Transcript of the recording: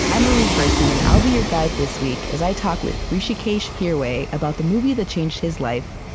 i'm lily percy, and i'll be your guide this week as i talk with hrishikesh hirway about the movie that changed his life,